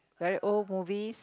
very old movies